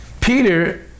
Peter